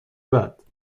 بعد